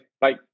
Bye